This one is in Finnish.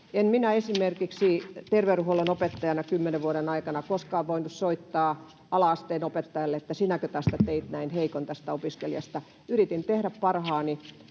En minä esimerkiksi terveydenhuollon opettajana kymmenen vuoden aikana koskaan voinut soittaa ala-asteen opettajalle, että sinäkö tästä teit näin heikon, tästä opiskelijasta. Yritin tehdä parhaani.